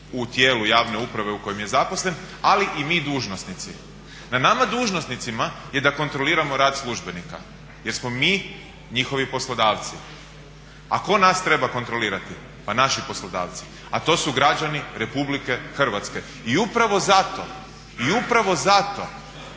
u tijelu javne uprave u kojem je zaposlen, ali i mi dužnosnici. Na nama dužnosnicima je da kontroliramo rad službenika jer smo mi njihovi poslodavci. A tko nas treba kontrolirati? Pa naši poslodavci, a to su građani Republike Hrvatske. I upravo zato podaci